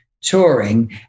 touring